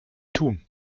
tun